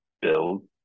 build